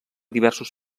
diversos